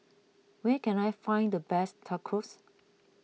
where can I find the best Tacos